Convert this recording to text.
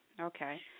Okay